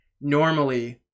normally